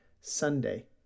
Sunday